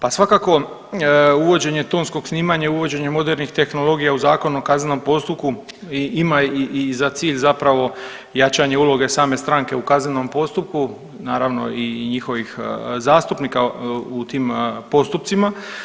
Pa svakako uvođenje tonskog snimanja i uvođenje modernih tehnologija u Zakon o kaznenom postupku ima i za cilj zapravo jačanje uloge same stranke u kaznenom postupku naravno i njihovih zastupnika u tim postupcima.